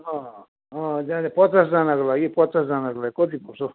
अँ अँ त्यहाँदेखि पचासजानाको लागि पचासजनाको लागि कति पर्छ हो